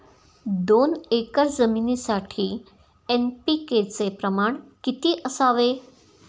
दोन एकर जमीनीसाठी एन.पी.के चे प्रमाण किती असावे?